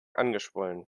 angeschwollen